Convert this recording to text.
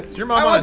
your mom?